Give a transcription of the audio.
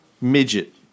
Midget